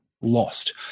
lost